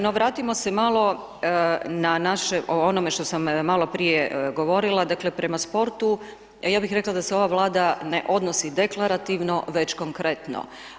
No, vratimo se malo, na naše o onome što sam maloprije govorila, dakle, prema sportu, ja bih rekla da se ova vlada ne odnosi dekorativno, već konkretno.